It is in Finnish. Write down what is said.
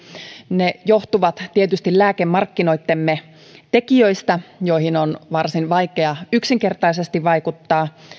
ne johtuvat tietysti lääkemarkkinoittemme tekijöistä joihin on varsin vaikea yksinkertaisesti vaikuttaa